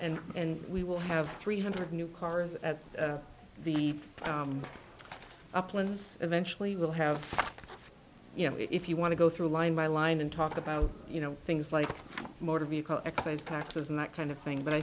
and and we will have three hundred new cars at the uplands eventually we'll have you know if you want to go through line by line and talk about you know things like motor vehicle excise taxes and that kind of thing but i